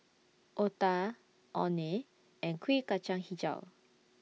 Otah Orh Nee and Kuih Kacang Hijau